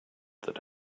that